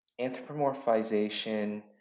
anthropomorphization